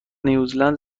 نیوزلند